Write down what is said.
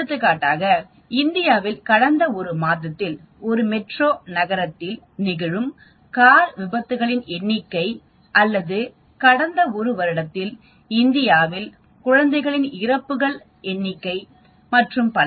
எடுத்துக்காட்டாக இந்தியாவில் கடந்த ஒரு மாதத்தில் ஒரு மெட்ரோ நகரத்தில் நிகழும் கார் விபத்துகளின் எண்ணிக்கை அல்லது கடந்த ஒரு வருடத்தில் இந்தியாவில் குழந்தைகளின் இறப்புகள் எண்ணிக்கை மற்றும் பல